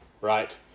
right